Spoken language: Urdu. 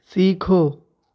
سیکھو